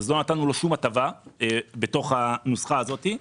אז לא נתנו להם שום הטבה בתוך הנוסחה הזאת.